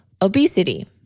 obesity